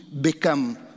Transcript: become